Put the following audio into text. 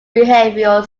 behavioral